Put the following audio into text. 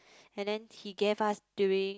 and then he gave us during